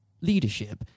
leadership